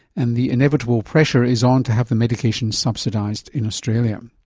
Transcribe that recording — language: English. and the inevitable pressure is on to have the medication subsidised in australia. um